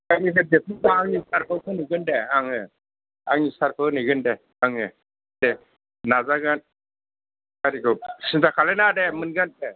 आंनिफ्राय देरसिन सारखौ होनहरगोन दे आङो आंनि सारखौ होनैगोन दे आङो दे नाजागोन गारिखौ सिन्था खालामनाङा दे मोनगोन दे